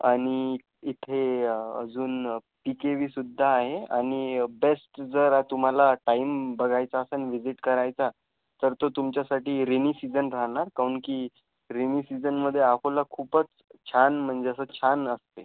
आणि इथे अजून पीकेव्हीसुद्धा आहे आणि बेस्ट जरा तुमाला टाईम बघायचा असंन व्हिजिट करायचा तर तो तुमच्यासाठी रेनी सीझन राहणार काहून की रेनी सीझनमधे अकोला खूपच छान म्हनजे असं छान असते